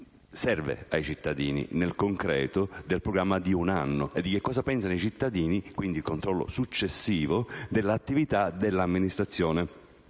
serve ai cittadini, nel concreto, nel programma di un anno e di cosa pensano i cittadini - controllo successivo - dell'attività dell'amministrazione